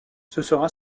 sera